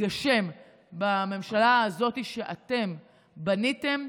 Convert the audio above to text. התגשם בממשלה הזאת שאתם בניתם.